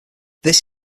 this